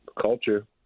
culture